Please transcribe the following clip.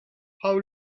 how